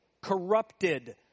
corrupted